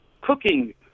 cooking